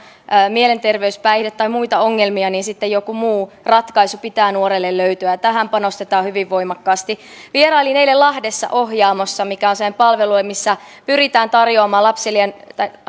mielenterveys päihde tai muita ongelmia niin sitten joku muu ratkaisu pitää nuorelle löytyä tähän panostetaan hyvin voimakkaasti vierailin eilen lahdessa ohjaamossa mikä on sellainen palvelu missä pyritään tarjoamaan